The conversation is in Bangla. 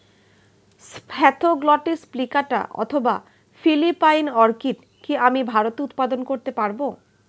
স্প্যাথোগ্লটিস প্লিকাটা অথবা ফিলিপাইন অর্কিড কি আমি ভারতে উৎপাদন করতে পারবো?